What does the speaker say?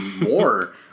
more